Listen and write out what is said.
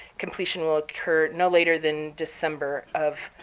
completion will occur no later than december of